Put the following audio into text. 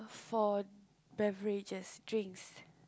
for beverages drinks